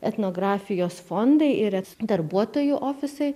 etnografijos fondai yra darbuotojų ofisai